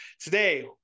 Today